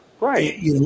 Right